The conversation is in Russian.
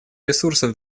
ресурсов